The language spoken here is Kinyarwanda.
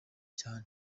cyane